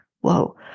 whoa